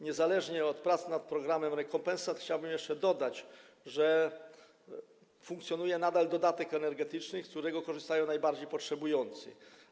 Niezależnie od prac nad programem rekompensat chciałbym jeszcze dodać, że funkcjonuje nadal dodatek energetyczny, z którego korzystają najbardziej potrzebujący.